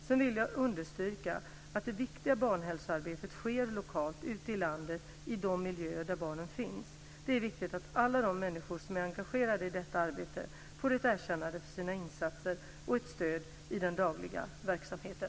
Sedan vill jag understryka att det viktiga barnhälsoarbetet sker lokalt ute i landet i de miljöer där barnen finns. Det är viktigt att alla de människor som är engagerade i detta arbete får ett erkännande för sina insatser och ett stöd i den dagliga verksamheten.